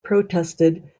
protested